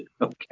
okay